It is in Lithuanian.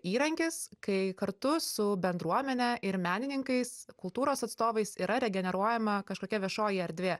įrankis kai kartu su bendruomene ir menininkais kultūros atstovais yra regeneruojama kažkokia viešoji erdvė